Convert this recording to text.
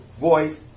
voice